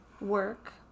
work